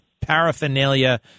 paraphernalia